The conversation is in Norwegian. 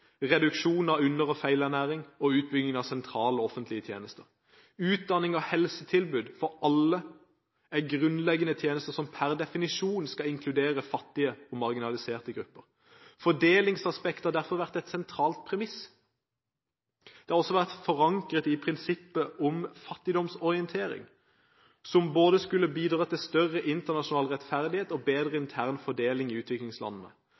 reduksjon av under- og feilernæring og utbygging av sentrale offentlige tjenester. Utdanning og helsetilbud for alle er grunnleggende tjenester som per definisjon skal inkludere fattige og marginaliserte grupper. Fordelingsaspektet har derfor vært et sentralt premiss. Det har også vært forankret i prinsippet om fattigdomsorientering, som både skulle bidra til større internasjonal rettferdighet og bedre intern fordeling i utviklingslandene.